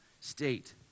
state